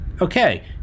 Okay